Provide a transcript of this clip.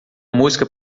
música